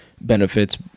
benefits